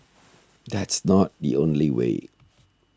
that's not the only way